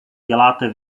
děláte